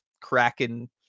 cracking